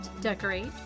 decorate